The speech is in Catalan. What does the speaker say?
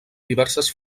diverses